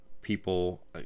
people